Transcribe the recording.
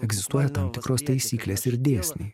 egzistuoja tam tikros taisyklės ir dėsniai